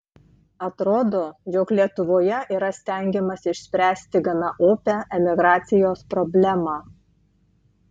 atrodo jog lietuvoje yra stengiamasi išspręsti gana opią emigracijos problemą